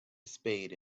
spade